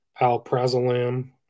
alprazolam